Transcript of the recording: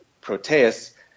Proteus